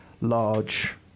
large